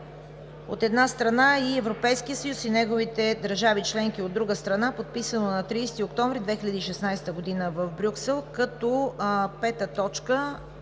от една страна, и Европейския съюз и неговите държави – членки, от друга страна, подписано на 30 октомври 2016 г. в Брюксел, като пета точка